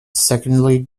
secondly